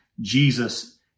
Jesus